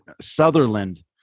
Sutherland